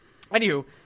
Anywho